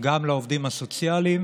גם לעובדים הסוציאליים